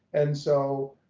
and so,